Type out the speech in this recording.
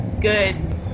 good